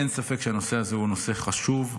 אין ספק שהנושא הזה הוא נושא חשוב,